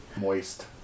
Moist